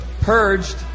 purged